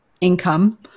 income